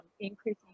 increasing